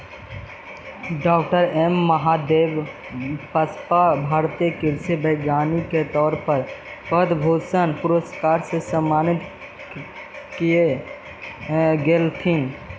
डॉ M Mahadevappa भारतीय कृषि वैज्ञानिक के तौर पर पद्म भूषण पुरस्कार से सम्मानित कएल गेलथीन